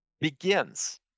begins